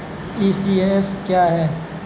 ECS क्या है?